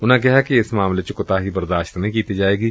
ਉਨੁਾਂ ਕਿਹਾ ਕਿ ਏਸ ਮਾਮਲੇ 'ਚ ਕੁਤਾਹੀ ਬਰਦਾਸ਼ਤ ਨਹੀਂ ਕੀਤੀ ਜਾਏਗੀ